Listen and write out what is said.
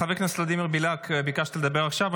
חבר הכנסת ולדימיר בליאק, ביקשת לדבר עכשיו.